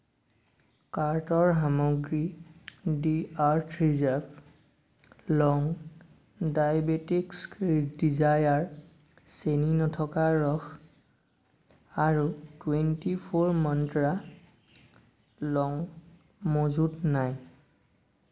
কাৰ্টৰ সামগ্ৰী দি আৰ্থ ৰিজাৰ্ভ লং ডাইবেটিক্ছ ডিজায়াৰ চেনি নথকা ৰস আৰু টুৱেণ্টি ফ'ৰ মন্ত্ৰা লং মজুত নাই